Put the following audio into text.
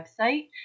website